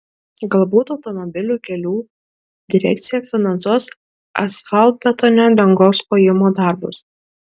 galbūt automobilių kelių direkcija finansuos asfaltbetonio dangos klojimo darbus